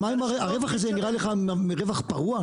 הרווח הזה נראה לך רווח פרוע?